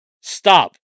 stop